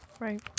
Right